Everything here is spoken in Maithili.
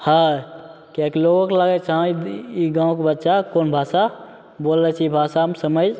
हय किएकि लोगोके लागै छै हँ ई गाँवके बच्चा कोन भाषा बोलै छै ई भाषा हम समैझ